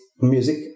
music